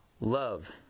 Love